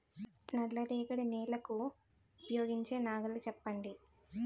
నల్ల రేగడి నెలకు ఉపయోగించే నాగలి చెప్పండి?